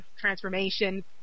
transformation